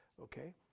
okay